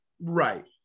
right